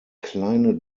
kleine